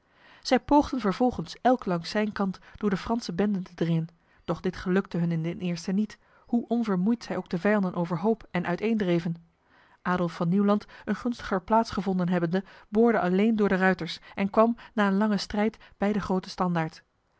zij poogden vervolgens elk langs zijn kant door de franse benden te dringen doch dit gelukte hun in den eerste niet hoe onvermoeid zij ook de vijanden overhoop en uiteendreven adolf van nieuwland een gunstiger plaats gevonden hebbende boorde alleen door de ruiters en kwam na een lange strijd bij de grote standaard